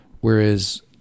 whereas